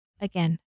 again